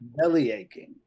bellyaching